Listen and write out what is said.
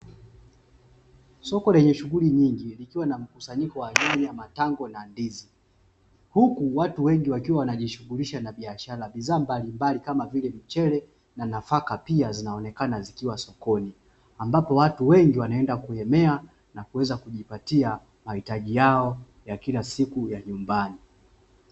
Soko lenye shughuli nyingi likiwa na mkusanyiko wa: nyanya, matango na ndizi; huku watu wengi wakiwa wanajishughulisha na biashara. Bidhaa mbalimbali kama vile mchele na nafaka pia zinaonekana zikiwa sokoni, ambapo watu wengi wanaenda kuhemea na kuweza kujipatia mahitaji yao ya kila siku ya nyumbani.